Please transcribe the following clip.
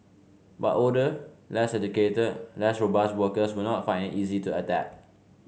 but older less educated less robust workers will not find it easy to adapt